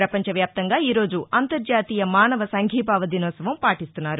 ప్రపంచవ్యాప్తంగా ఈ రోజు అంతర్జాతీయ మానవ సంఘీభావ దినోత్సవం పాటిస్తున్నారు